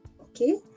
Okay